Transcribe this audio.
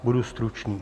Budu stručný.